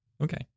Okay